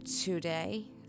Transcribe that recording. today